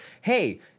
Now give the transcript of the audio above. hey